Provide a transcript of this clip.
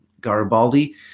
Garibaldi